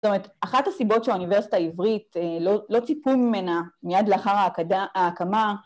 זאת אומרת, אחת הסיבות שהאוניברסיטה העברית, אה... לא-לא ציפו ממנה, מיד לאחר ההקד-ההקמה,